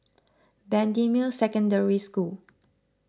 Bendemeer Secondary School